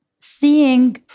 seeing